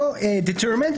לא דיטרמנט.